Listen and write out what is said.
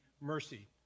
mercy